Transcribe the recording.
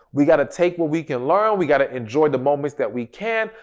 we got to take what we can learn, we got to enjoy the moments that we can,